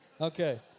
Okay